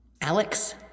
Alex